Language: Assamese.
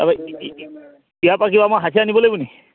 তাৰপৰা ইয়াৰ পৰা কিবা মই হাঠিয়াৰ নিব লাগিবনি